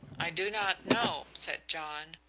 i do not know, said john.